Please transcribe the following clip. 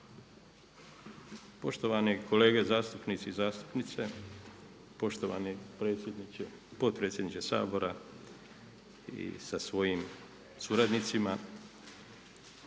Poštovani kolege zastupnici i zastupnice, poštovani potpredsjedniče Sabora sa svojim suradnicima.